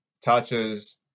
touches